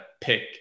pick